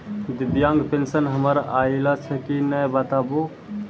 दिव्यांग पेंशन हमर आयल छै कि नैय बताबू?